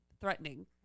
threatening